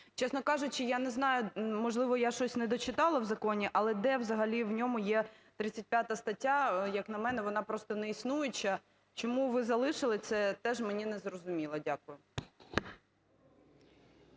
Чесно кажучи, я не знаю, можливо, я щось не дочитала в законі, але де взагалі в ньому є 35 стаття? Як на мене, вона просто неіснуюча. Чому ви залишили це, теж мені незрозуміло. Дякую.